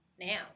now